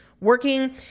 working